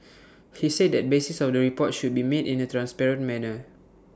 he said the basis of the report should be made in A transparent manner